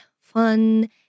fun